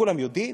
כולם יודעים: